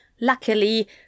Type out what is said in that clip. Luckily